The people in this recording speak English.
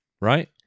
right